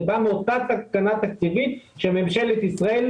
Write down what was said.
וזה בא מאותה תקנה תקציבית שממשלת ישראל